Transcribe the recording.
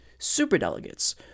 superdelegates